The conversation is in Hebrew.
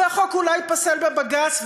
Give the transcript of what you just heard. והחוק אולי ייפסל בבג"ץ,